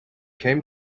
came